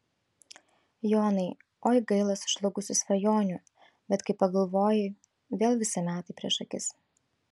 jonai oi gaila sužlugusių svajonių bet kai pagalvoji vėl visi metai prieš akis